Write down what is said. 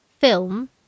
film